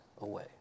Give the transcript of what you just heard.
away